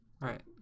Right